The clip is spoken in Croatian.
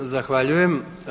Zahvaljujem.